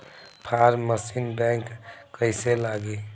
Form machine बैक कईसे लागी?